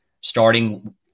starting